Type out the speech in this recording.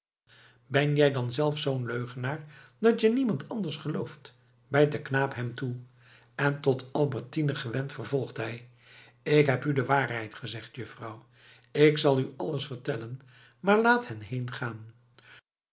ben jij dan zelf zoo'n leugenaar dat je niemand anders gelooft bijt de knaap hem toe en tot albertine gewend vervolgt hij k heb u de waarheid gezegd juffrouw k zal u alles vertellen maar laat hen